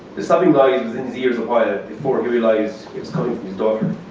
the sobbing noise was in his ears a while before he realized it was coming from his daughter.